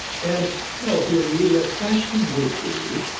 and you know, the immediate question would be,